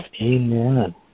Amen